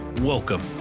welcome